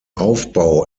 aufbau